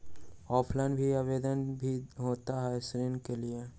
Offline भी आवेदन भी होता है ऋण के लिए?